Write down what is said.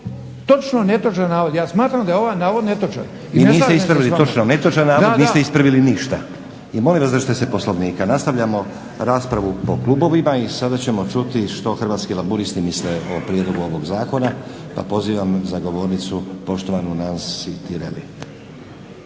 točno netočan navod. Ja smatram da je ovaj navod netočan. I ne znam je **Stazić, Nenad (SDP)** Niste ispravili netočan navod, niste ispravili ništa. I molim vas držite se Poslovnika. Nastavljamo raspravu po klubovima i sada ćemo čuti što Hrvatski laburisti misle o prijedlogu ovog zakona. Pozivam za govornicu poštovanu Nansi Tireli.